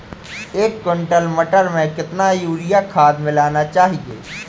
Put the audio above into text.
एक कुंटल मटर में कितना यूरिया खाद मिलाना चाहिए?